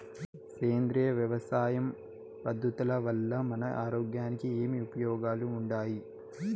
సేంద్రియ వ్యవసాయం పద్ధతుల వల్ల మన ఆరోగ్యానికి ఏమి ఉపయోగాలు వుండాయి?